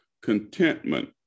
Contentment